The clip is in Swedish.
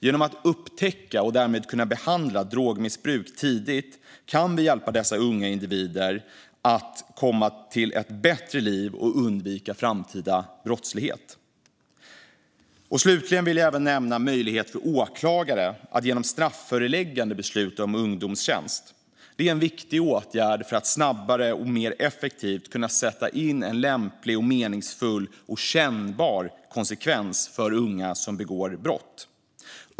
Genom att man upptäcker och därmed kan behandla drogmissbruk tidigt kan man hjälpa unga individer till ett bättre liv där de kan undvika framtida brottslighet. Slutligen vill jag även nämna möjligheten för åklagare att genom strafföreläggande besluta om ungdomstjänst. Det är en viktig åtgärd för att snabbare och mer effektivt kunna sätta in en lämplig, meningsfull och kännbar konsekvens för unga som begår brott.